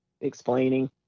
explaining